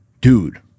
dude